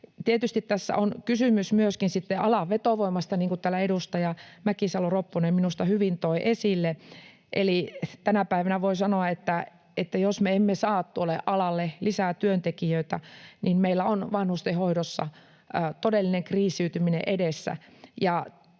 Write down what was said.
Tietysti tässä on kysymys myöskin sitten alan vetovoimasta, niin kuin täällä edustaja Mäkisalo-Ropponen minusta hyvin toi esille. Eli tänä päivänä voi sanoa, että jos me emme saa tuolle alalle lisää työntekijöitä, niin meillä on vanhustenhoidossa todellinen kriisiytyminen edessä.